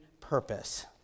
purpose